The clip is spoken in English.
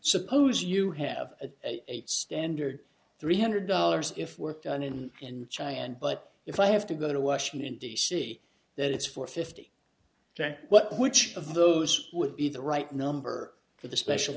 suppose you have a standard three hundred dollars if work done in china and but if i have to go to washington d c that it's four fifty jack which of those would be the right number for the special